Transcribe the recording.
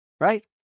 right